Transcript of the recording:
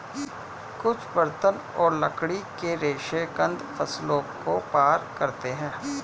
कुछ बर्तन और लकड़ी के रेशे कंद फसलों को पार करते है